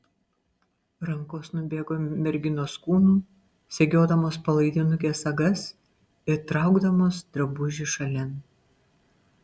rankos nubėgo merginos kūnu segiodamos palaidinukės sagas ir traukdamos drabužį šalin